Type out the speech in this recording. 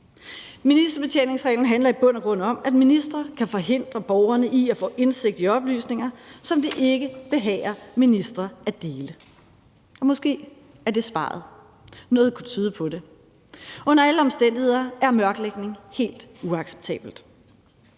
Ministerbetjeningsreglen handler i bund og grund om, at ministre kan forhindre borgerne i at få indsigt i oplysninger, som det ikke behager ministre at dele – og måske er det svaret; noget kunne tyde på det. Under alle omstændigheder er mørklægning helt uacceptabelt.